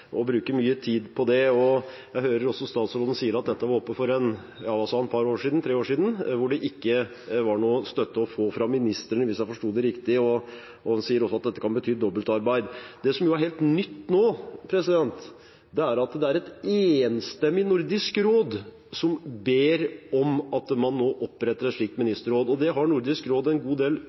og bruker mye tid på det. Jeg hører også at statsråden sier at dette var oppe for – ja, hva sa han – et par–tre år siden, hvor det ikke var noen støtte å få fra ministrene, hvis jeg forsto det riktig. Han sier også at dette kan bety dobbeltarbeid. Det som er helt nytt nå, er at et enstemmig Nordisk råd ber om at man nå oppretter et slikt ministerråd. Det har Nordisk råd en god del